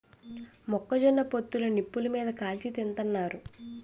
మొక్క జొన్న పొత్తులు నిప్పులు మీది కాల్చి తింతన్నారు